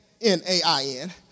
N-A-I-N